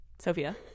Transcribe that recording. Sophia